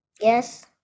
Yes